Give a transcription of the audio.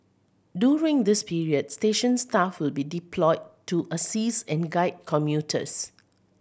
during this period station staff will be deployed to assist and guide commuters